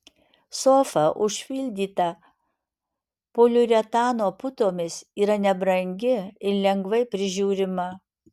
sofa užpildyta poliuretano putomis yra nebrangi ir lengvai prižiūrima